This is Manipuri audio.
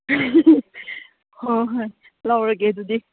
ꯍꯣ ꯍꯣꯏ ꯂꯧꯔꯒꯦ ꯑꯗꯨꯗꯤ